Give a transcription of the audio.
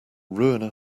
ruin